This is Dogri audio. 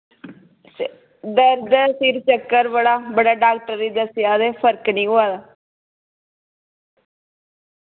से दर्द ऐ सिर चक्कर बड़ा बड़े डाक्टर गी दस्सेआ ते फर्क नी होआ दा